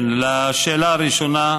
לשאלה הראשונה,